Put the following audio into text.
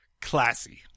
classy